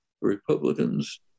Republicans